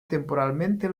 temporalmente